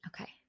Okay